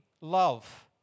love